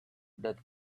that